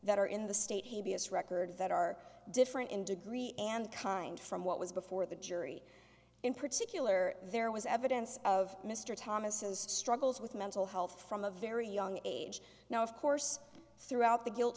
that are in the state habeas records that are different in degree and kind from what was before the jury in particular there was evidence of mr thomas's struggles with mental health from a very young age now of course throughout the guilt